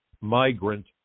migrant